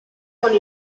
con